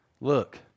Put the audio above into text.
look